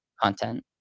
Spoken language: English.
content